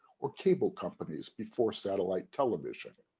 or cable companies before satellite television.